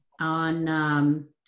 on